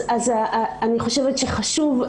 אז אני חושבת שחשוב,